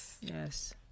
Yes